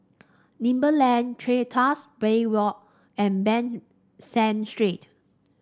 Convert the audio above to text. Pebble Lane Tuas Bay Walk and Ban San Street